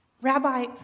Rabbi